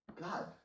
god